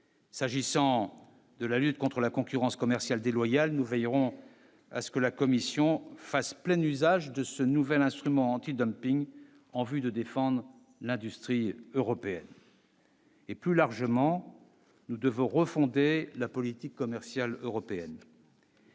S'agissant de la lutte contre la concurrence commerciale déloyale, nous veillerons à ce que la Commission fasse pleine usage de ce nouvel instrument anti-dumping en vue de défendre l'industrie européenne. Et, plus largement, nous devons refonder la politique commerciale européenne.